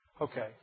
Okay